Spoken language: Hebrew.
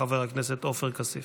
חבר הכנסת עופר כסיף.